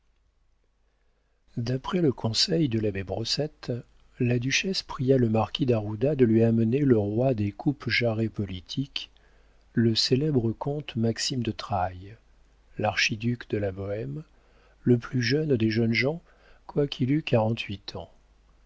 d'après le conseil de l'abbé brossette la duchesse pria le marquis d'ajuda de lui amener le roi des coupe-jarrets politiques le célèbre comte maxime de trailles l'archiduc de la bohême le plus jeune des jeunes gens quoiqu'il eût quarante-huit ans